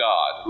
God